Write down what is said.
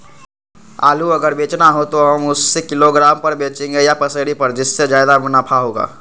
आलू अगर बेचना हो तो हम उससे किलोग्राम पर बचेंगे या पसेरी पर जिससे ज्यादा मुनाफा होगा?